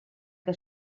que